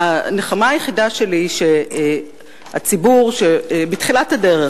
הנחמה היחידה שלי היא שבתחילת הדרך,